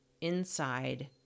inside